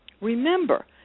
remember